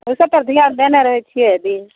ओ सब पर धियान देनऽ रहैत छियै